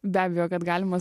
be abejo kad galima